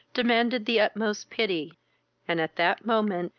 demanded the utmost pity and, at that moment,